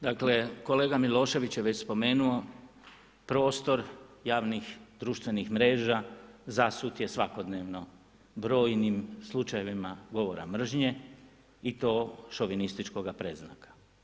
Dakle, kolega Milošević je već spomenuo prostor javnih društvenih mreža zasut je svakodnevno brojnim slučajevima govora mržnje i to šovinističkoga predznaka.